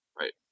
Right